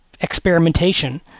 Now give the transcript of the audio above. experimentation